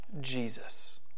Jesus